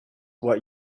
what